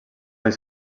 els